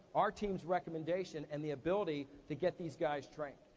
our team's recommendation and the ability to get these guys trained.